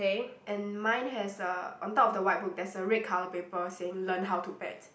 and mine has a on top of the white book there's a red colour paper saying learn how to bet